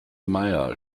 meier